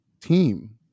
team